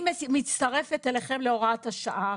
אני מצטרפת אליכם להוראת השעה,